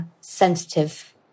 sensitive